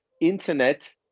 internet